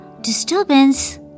disturbance